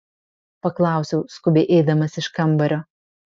paklausiau skubiai eidamas iš kambario